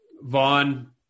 Vaughn